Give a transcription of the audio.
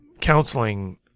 counseling